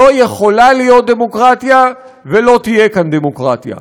לא יכולה להיות דמוקרטיה ולא תהיה כאן דמוקרטיה.